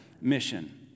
mission